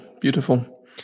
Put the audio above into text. beautiful